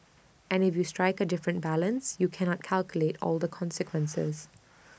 and if you strike A different balance you cannot calculate all the consequences